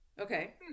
okay